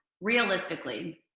realistically